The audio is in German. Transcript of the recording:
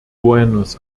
buenos